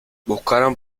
buscaron